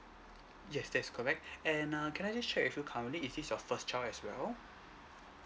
yes that's correct and err can I just check with you currently is this your first child as well